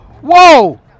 Whoa